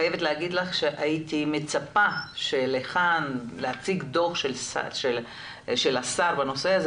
אני חייבת להגיד לך שהייתי מצפה שיוצג כאן דו"ח של השר בנושא הזה,